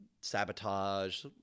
Sabotage